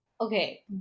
Okay